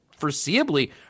foreseeably